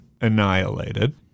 annihilated